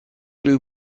blew